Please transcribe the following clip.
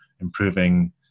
improving